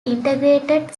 integrated